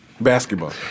Basketball